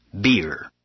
beer